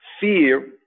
Fear